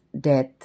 death